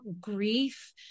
grief